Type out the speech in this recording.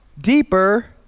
deeper